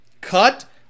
Cut